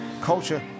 culture